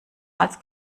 als